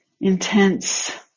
intense